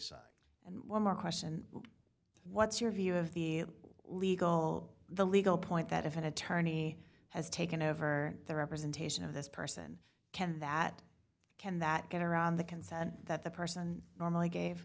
cite and one more question what's your view of the legal the legal point that if an attorney has taken over the representation of this person can that can that get around the consent that the person normally ga